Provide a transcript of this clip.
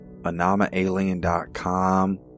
AnamaAlien.com